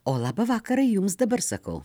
o labą vakarą jums dabar sakau